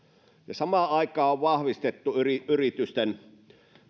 samaan aikaan on vahvistettu yritysten